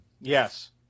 Yes